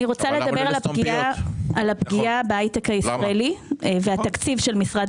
אני רוצה לדבר על הפגיעה בהייטק הישראלי ועל התקציב של משרד